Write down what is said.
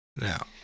Now